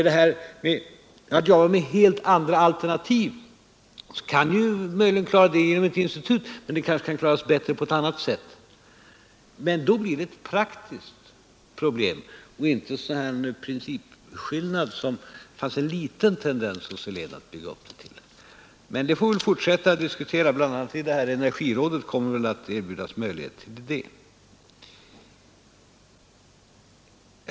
Detta med helt andra alternativ kan vi klara genom ett institut, men det kanske kan klaras bättre på annat sätt. Men då blir det ett praktiskt problem och inte principskillnader, som det fanns en liten tendens hos herr Helén att vilja bygga upp det till. Det får vi väl fortsätta att diskutera — bl.a. i energirådet kommer det väl att erbjudas möjligheter till det.